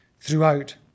throughout